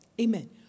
Amen